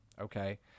Okay